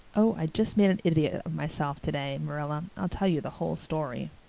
oh, i just made an idiot of myself today, marilla. i'll tell you the whole story.